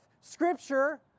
Scripture